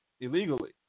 illegally